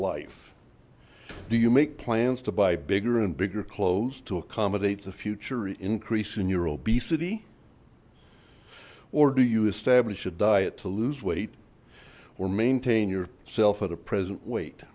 life do you make plans to buy bigger and bigger clothes to accommodate the future increase in your obesity or do you establish a diet to lose weight or maintain your self at a present weight